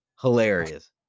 hilarious